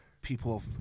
people